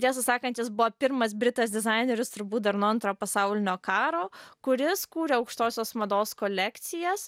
tiesą sakant jis buvo pirmas britas dizaineris turbūt dar nuo antrojo pasaulinio karo kuris kūrė aukštosios mados kolekcijas